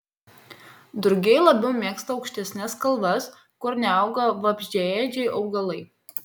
drugiai labiau mėgsta aukštesnes kalvas kur neauga vabzdžiaėdžiai augalai